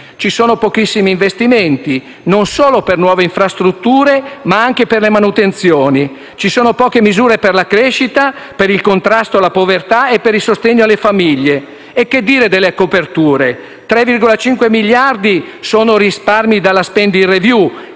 Ci sono pochissimi investimenti, non solo per nuove infrastrutture, ma anche per le manutenzioni. Ci sono poche misure per la crescita, per il contrasto alla povertà e per il sostegno alle famiglie. E che dire delle coperture? I risparmi derivanti dalla *spending review*